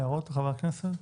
הערות, חברי הכנסת?